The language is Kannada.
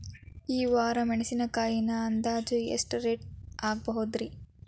ಈ ವಾರ ಮೆಣಸಿನಕಾಯಿ ಅಂದಾಜ್ ಎಷ್ಟ ರೇಟ್ ಆಗಬಹುದ್ರೇ?